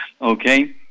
Okay